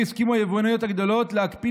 הסכימו היבואניות הגדולות להקפיא,